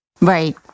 Right